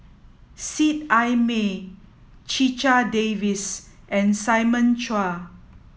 Seet Ai Mee Checha Davies and Simon Chua